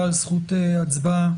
בעל זכות הצבעה,